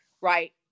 right